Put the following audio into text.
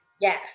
Yes